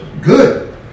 Good